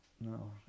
No